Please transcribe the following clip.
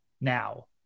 now